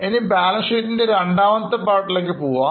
ഇനി balance sheet രണ്ടാമത്തെ പാർട്ടിലേക്ക് പോകാം